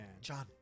John